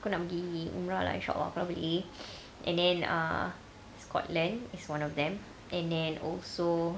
aku nak pergi umrah lah inshallah probably and then uh scotland is one of them and then also